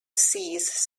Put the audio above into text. seas